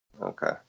Okay